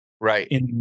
right